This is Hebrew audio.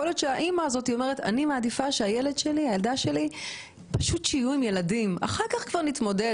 יכול להיות שהאם מעדיפה שהילד שלה יהיה עם ילדים אחרים ואחר כך נתמודד.